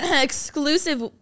exclusive